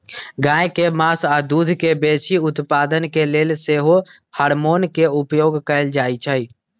गाय के मास आऽ दूध के बेशी उत्पादन के लेल सेहो हार्मोन के उपयोग कएल जाइ छइ